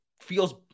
feels